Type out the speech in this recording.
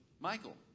Michael